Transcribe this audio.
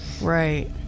Right